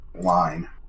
line